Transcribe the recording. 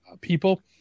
people